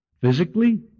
Physically